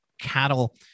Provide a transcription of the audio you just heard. cattle